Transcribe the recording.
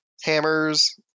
hammers